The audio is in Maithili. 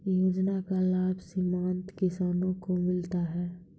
योजना का लाभ सीमांत किसानों को मिलता हैं?